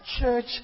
church